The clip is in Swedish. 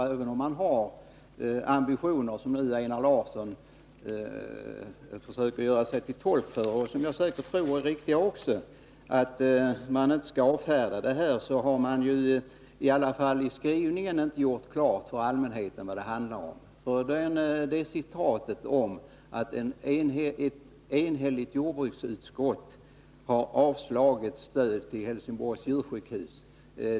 Även om utskottet har de ambitioner som Einar Larsson nu försöker göra sig till tolk för — och jag tror att det påståendet är riktigt — har utskottet dock inte i skrivningen gjort klart för allmänheten vad det handlar om. Därom vittnar uttalandet att ett enhälligt jordbruksutskott har avstyrkt framställningen om statligt stöd till Helsingborgs djursjukhus.